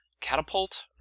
catapult